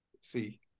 See